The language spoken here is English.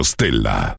Stella